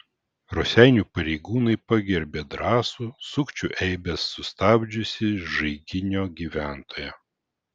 raseinių pareigūnai pagerbė drąsų sukčių eibes sustabdžiusį žaiginio gyventoją